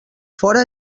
fora